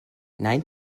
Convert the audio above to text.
nein